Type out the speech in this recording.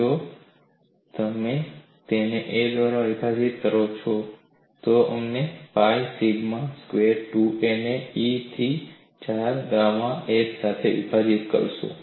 જો તમે તેને a ના સંદર્ભમાં અલગ કરો છો તો તમે આને પાઇ સિગ્મા સ્ક્વેર્ 2a ને E થી 4 ગામા s સાથે વિભાજીત કરશો